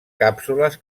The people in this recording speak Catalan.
càpsules